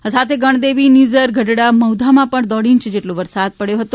આ સાથે ગણદેવી નીઝર ગઢડા મહુધામાં પણ દોઢ ઇંચ જેટલો વરસાદ પડ્યો હતો